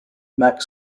mac